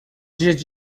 dias